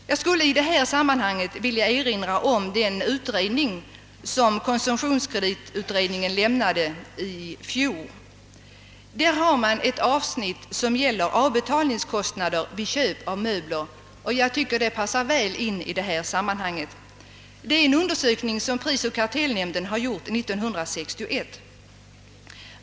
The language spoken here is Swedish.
Jag skulle i sammanhanget vilja erinra om det betänkande som konsumtionsutredningen framlade i fjol. Där har man ett avsnitt som gäller avbetalningskostnader vid köp av möbler och som jag vill nämna i detta sammanhang. Det är en undersökning som prisoch kartellnämnden har gjort år 1961.